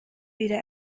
wieder